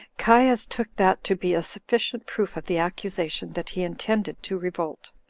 caius took that to be a sufficient proof of the accusation, that he intended to revolt.